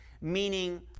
meaning